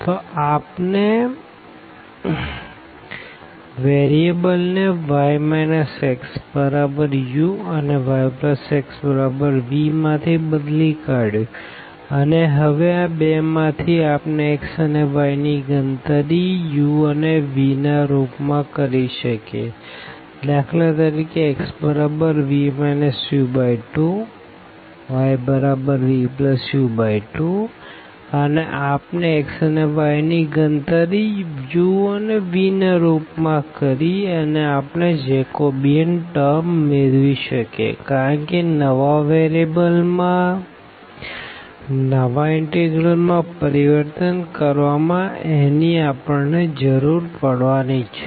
તો આપણે વેરીએબલ ને y xu અને yxv માં થી બદલી કાઢ્યું અને હવે આ બે માં થી આપણે x અને y ની ગણતરી u અને v ના રૂપ માં કરી શકીએ છે દાખલા તરીકે xv u2yvu2અને આપણે x અને y ની ગણતરી u અને v ના રૂપ માં કરી અને આપણે જેકોબિયન ટર્મ મેળવી શકીએ કારણ કે નવા વેરીએબલ માં નવા ઇનટેગરલ માં પરિવર્તન કરવામાં એની જરૂર પડશે